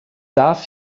darf